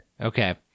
Okay